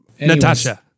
Natasha